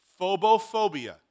phobophobia